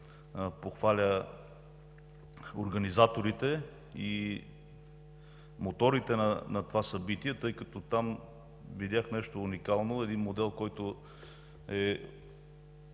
да похваля организаторите и „моторите“ на това събитие, тъй като там видях нещо уникално – един модел, който е